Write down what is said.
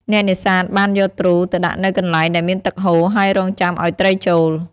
អ្នកនេសាទបានយកទ្រូទៅដាក់នៅកន្លែងដែលមានទឹកហូរ ហើយរង់ចាំឲ្យត្រីចូល។